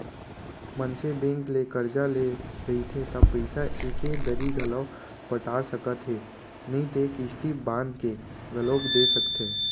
मनसे बेंक ले करजा ले रहिथे त पइसा एके दरी घलौ पटा सकत हे नइते किस्ती बांध के घलोक दे सकथे